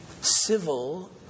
civil